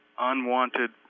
unwanted